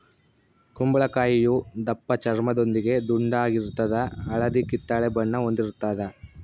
ಕುಂಬಳಕಾಯಿಯು ದಪ್ಪಚರ್ಮದೊಂದಿಗೆ ದುಂಡಾಗಿರ್ತದ ಹಳದಿ ಕಿತ್ತಳೆ ಬಣ್ಣ ಹೊಂದಿರುತದ